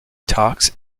talks